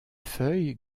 feuilles